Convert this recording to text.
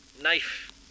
Knife